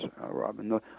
Robin